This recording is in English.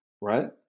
right